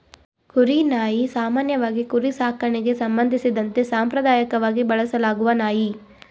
ಕುರಿ ನಾಯಿ ಸಾಮಾನ್ಯವಾಗಿ ಕುರಿ ಸಾಕಣೆಗೆ ಸಂಬಂಧಿಸಿದಂತೆ ಸಾಂಪ್ರದಾಯಕವಾಗಿ ಬಳಸಲಾಗುವ ನಾಯಿ